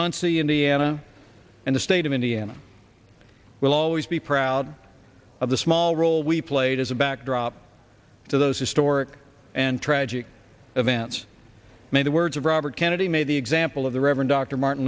muncie indiana and the state of indiana will always be proud of the small role we played as a backdrop to those historic and tragic events may the words of robert kennedy made the example of the reverend dr martin